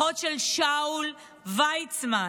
אחות של שאול ויצמן,